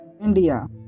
India